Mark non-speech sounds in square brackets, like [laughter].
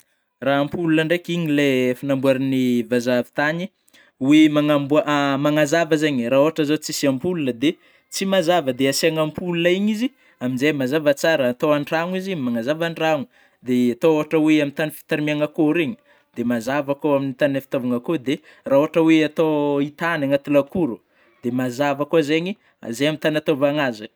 [noise] Raha ampola ndraiky, igny le efa avy namboarigny vazaha avy tany, oe manamboa [hesitation] magnazava zany eh, raha ôhatry zao tsisy ampola dia tsy mazava de asiana ampola igny izy amzay mazava tsara raha atao an-tragno izy magnazava an-tragno, de atao ohatry hoe amin'ny tany fitarimihigna akoho reny de mazava koa ao amin'ny tany a fitaovana akoho de raha ôhatry oe atao hitany agnaty lakoro dia mazava koa zeingny ,zay amin'ny tany agnataovana azy.